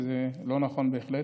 וזה לא נכון בהחלט,